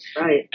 right